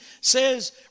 says